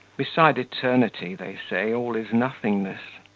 beside eternity, they say, all is nothingness